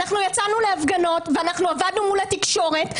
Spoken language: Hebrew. יצאנו להפגנות ואנחנו עבדנו מול התקשורת.